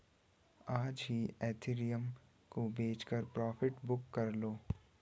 आज ही इथिरियम को बेचकर प्रॉफिट बुक कर लो